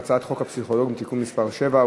הצעת חוק הפסיכולוגים (תיקון מס' 7),